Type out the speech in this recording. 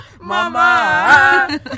Mama